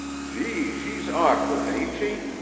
gee, she's awkward, ain't she?